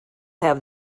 have